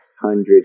hundred